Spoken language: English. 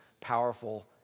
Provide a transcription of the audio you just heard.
powerful